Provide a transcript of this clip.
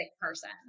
person